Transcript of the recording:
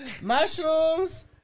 mushrooms